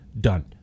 done